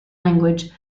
language